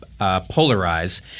polarize